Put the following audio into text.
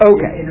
Okay